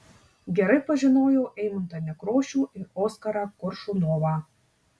gerai pažinojau eimuntą nekrošių ir oskarą koršunovą